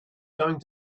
going